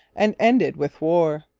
and ended with war.